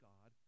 God